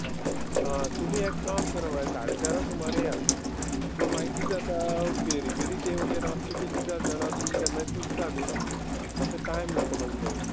हां तुमी एक काम करा बाय साडे चारा सुमार येया पूण मागीर किद जाता फेरी बिरी तेवटेन आसा ती किद जाता जाणा तुमी केन्नाय चुकता न्ही मातशें टायम जाता मागीर थंय